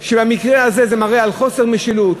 במקרה הזה זה מראה על חוסר משילות,